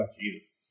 Jesus